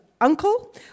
uncle